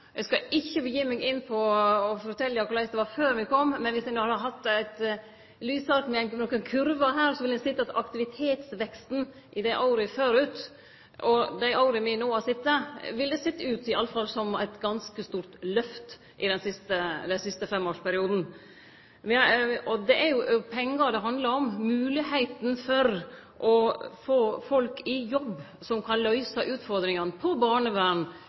Eg skal ikkje gi meg inn på å fortelje korleis det var før me kom, men om ein hadde hatt eit lysark med nokre kurver her, ville ein sett at aktivitetsveksten – om ein samanliknar åra før med dei åra me no har sete – i alle fall ville sett ut som eit ganske stort lyft i den siste femårsperioden. Det er pengar det handlar om og det å få folk i jobb som kan løyse utfordringane